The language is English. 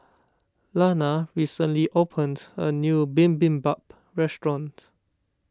Lana recently opened a new Bibimbap restaurant